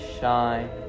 shine